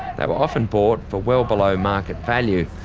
they were often bought for well below market value,